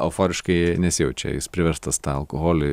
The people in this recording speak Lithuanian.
euforiškai nesijaučia jis priverstas tą alkoholį